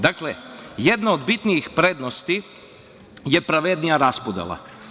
Dakle, jedna od bitnijih prednosti je pravednija raspodela.